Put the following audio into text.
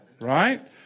right